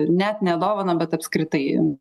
net ne dovaną bet apskritai